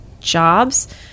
jobs